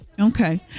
Okay